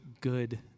good